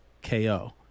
KO